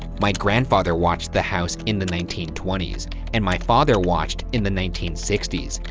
my grandfather watched the house in the nineteen twenty s and my father watched in the nineteen sixty s.